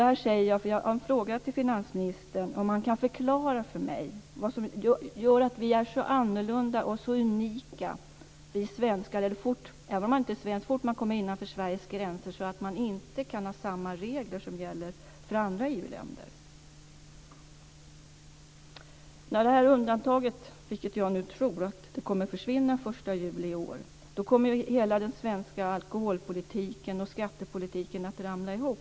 Detta säger jag därför att jag har en fråga till finansministern om han kan förklara för mig vad som gör att vi svenskar är så annorlunda och så unika - detta gäller även om man inte är svensk - att man så fort man kommer innanför Sveriges gränser inte kan ha samma regler som gäller i andra EU-länder. När detta undantag, vilket jag tror, kommer att försvinna den 1 juli i år kommer hela den svenska alkoholpolitiken och skattepolitiken att ramla ihop.